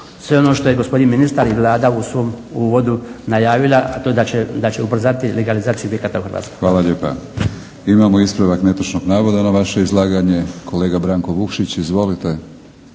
sve ono što je gospodin ministar i Vlada u svom uvodu najavila, a to je da će ubrzati legalizaciju objekata u Hrvatskoj. **Batinić, Milorad (HNS)** Hvala lijepa. Imamo ispravak netočnog navoda na vaše izlaganje. Kolega Branko Vukšić. Izvolite.